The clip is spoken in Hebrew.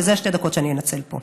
ואלה שתי דקות שאני אנצל פה,